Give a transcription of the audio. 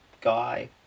guy